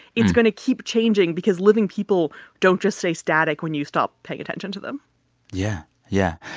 it's going to keep changing because living people don't just stay static when you stop paying attention to them yeah, yeah.